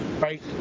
right